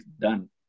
done